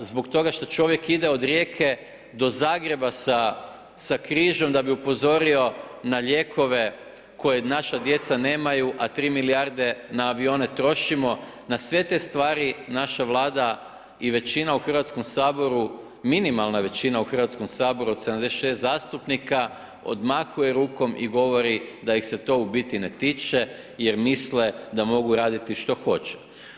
Zbog toga što čovjek ide od Rijeke do Zagreba sa križem da bi upozorio na lijekove koje naša djeca nemaju, a 3 milijarde na avione trošimo, na sve te stvari, naša Vlada i većina u Hrvatskom saboru, minimalna većina u Hrvatskom saboru, od 76 zastupnika, odmahuje rukom i govori, da ih se to u biti ne tiče, jer misle da mogu raditi što hoće.